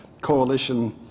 coalition